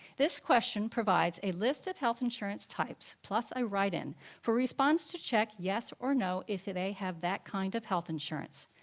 this question provides a list of health insurance types plus a write-in for response to check yes or no if they have that kind of health insurance.